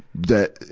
that,